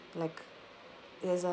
like there's a